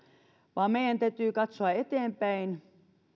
vaan meidän täytyy katsoa eteenpäin